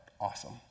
awesome